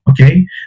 Okay